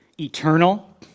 Eternal